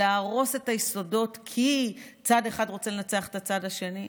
להרוס את היסודות כי צד אחד רוצה לנצח את הצד השני?